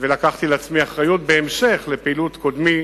לקחתי על עצמי אחריות, בהמשך לפעילות קודמי,